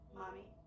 mommy